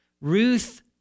ruth